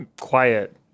Quiet